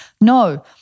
No